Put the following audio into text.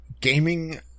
gaming